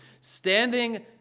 standing